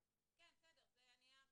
כן, בסדר, זה אני הערתי.